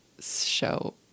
show